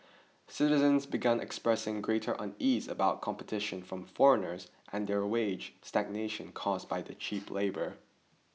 citizens began expressing greater unease about competition from foreigners and their wage stagnation caused by the cheap foreign labour